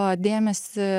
o dėmesį